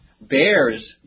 bears